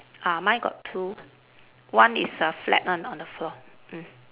ah mine got two one is a flat one on the floor mm